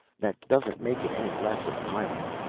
that doesn't make it any less of an island.